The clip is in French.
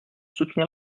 soutenir